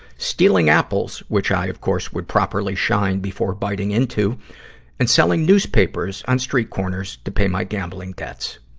stealing apples which i, of course, would properly shine before biting into and selling newspapers on street corners to pay my gambling debts.